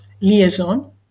liaison